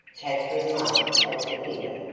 katherine laughed at the figure.